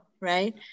right